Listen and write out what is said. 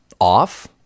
off